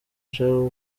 nshaka